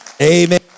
Amen